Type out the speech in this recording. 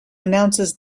announces